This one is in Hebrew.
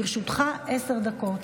תודה.